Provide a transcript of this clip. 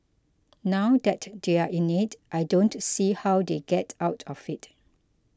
now that they're in it I don't see how they get out of it